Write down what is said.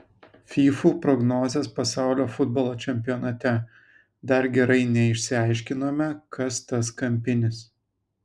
fyfų prognozės pasaulio futbolo čempionate dar gerai neišsiaiškinome kas tas kampinis